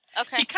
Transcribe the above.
Okay